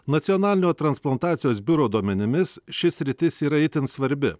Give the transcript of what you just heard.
nacionalinio transplantacijos biuro duomenimis ši sritis yra itin svarbi